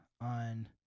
on